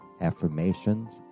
affirmations